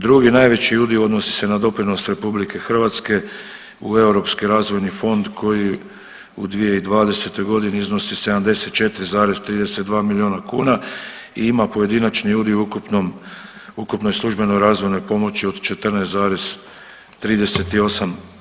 Drugi najveći udio odnosi se na doprinos RH u Europski razvojni fond koji u 2020. godini iznosi 74,32 miliona kuna i imam pojedinačni udio u ukupnom, ukupnoj službenoj razvojnoj pomoći od 14,38%